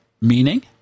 Meaning